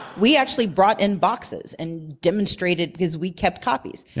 we actually brought in boxes and demonstrated. because we kept copies. yeah